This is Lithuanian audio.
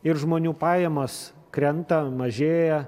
ir žmonių pajamos krenta mažėja